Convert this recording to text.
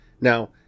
Now